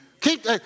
Keep